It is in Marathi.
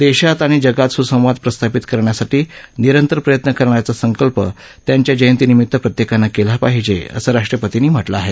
देशात आणि जगात सुसंवाद प्रस्थापित करण्यासाठी निरंतर प्रयत्न करण्याचा संकल्प त्यांच्या जयंतीनिमित्त प्रत्येकानं केला पाहिजे असंही राष्ट्रपतींनी म्हटलं आहे